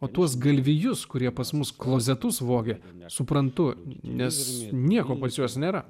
o tuos galvijus kurie pas mus klozetus vogė nesuprantu nes nieko pas juos nėra